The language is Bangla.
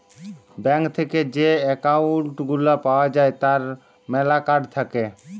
ব্যাঙ্ক থেক্যে যে একউন্ট গুলা পাওয়া যায় তার ম্যালা কার্ড থাক্যে